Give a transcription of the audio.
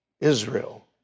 Israel